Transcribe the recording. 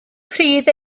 pridd